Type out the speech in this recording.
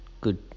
good